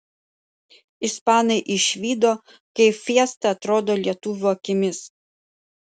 ispanai išvydo kaip fiesta atrodo lietuvių akimis